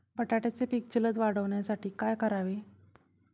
बटाट्याचे पीक जलद वाढवण्यासाठी काय करावे?